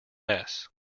mess